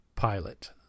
pilot